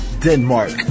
Denmark